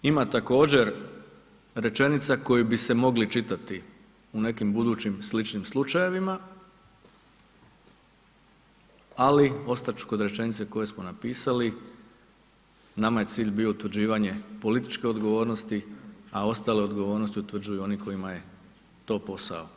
Ima također rečenica koja bi se mogli čitati u nekim budućim sličnim slučajevima, ali ostat ću kod rečenice koju smo napisali, nama je cilj bio utvrđivanje političke odgovornosti, a ostale odgovornosti utvrđuju oni kojima je to posao.